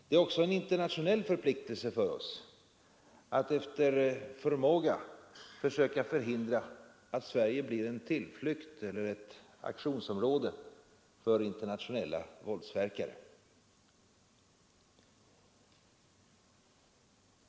Det är också en internationell förpliktelse för oss att efter förmåga försöka förhindra att Sverige blir en tillflykt eller ett aktionsområde för internationella våldsverkare.